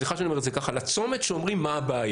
סליחה שאני אומר את זה ככה לצומת שאומרים מה הבעיה,